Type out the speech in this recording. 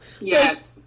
Yes